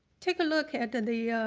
take a look at and the